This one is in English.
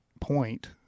point